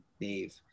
Dave